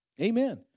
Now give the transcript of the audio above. Amen